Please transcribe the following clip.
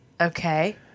Okay